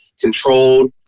controlled